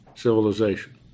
Civilization